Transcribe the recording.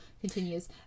continues